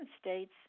states